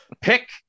Pick